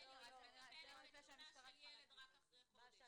אם היא תבדוק תלונה של ילד רק אחרי חודש.